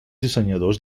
dissenyadors